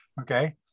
okay